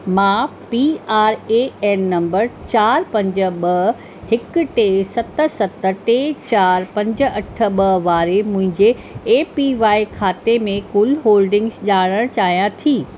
मां P R A N number चारि पंज ॿ हिकु टे सत सत टे चारि पंज अठ ॿ वारे मुंहिंजे ए पी वाए खाते में कुलु होल्डिंग्स ॼाणणु चाहियां थी